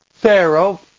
Pharaoh